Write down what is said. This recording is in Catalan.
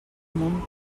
món